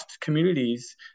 communities